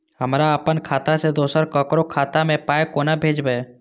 हमरा आपन खाता से दोसर ककरो खाता मे पाय कोना भेजबै?